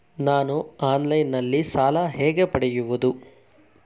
ನಾನು ಆನ್ಲೈನ್ನಲ್ಲಿ ಸಾಲ ಹೇಗೆ ಪಡೆಯುವುದು?